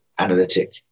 analytic